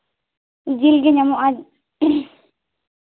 ᱡᱤᱞ ᱜᱮ ᱧᱟᱢᱚᱜᱼᱟ